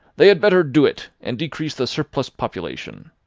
they had better do it, and decrease the surplus population.